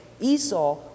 Esau